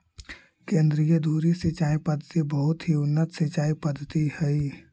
केन्द्रीय धुरी सिंचाई पद्धति बहुत ही उन्नत सिंचाई पद्धति हइ